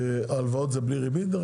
ההלוואות זה בלי ריבית?